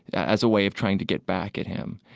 as a way of trying to get back at him.